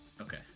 Okay